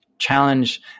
Challenge